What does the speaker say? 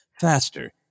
faster